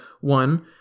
one